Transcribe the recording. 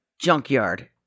Junkyard